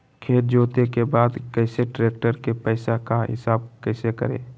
खेत जोते के बाद कैसे ट्रैक्टर के पैसा का हिसाब कैसे करें?